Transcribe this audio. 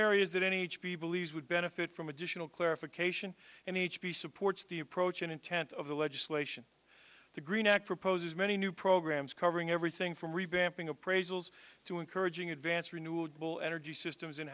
areas that any age he believes would benefit from additional clarification and h p supports the approach and intent of the legislation the green act proposes many new programs covering everything from revamping appraisals to encouraging advanced renewable energy systems in